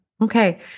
Okay